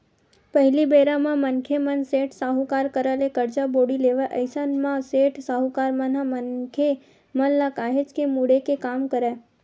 पहिली बेरा म मनखे मन सेठ, साहूकार करा ले करजा बोड़ी लेवय अइसन म सेठ, साहूकार मन ह मनखे मन ल काहेच के मुड़े के काम करय